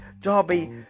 Darby